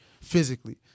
physically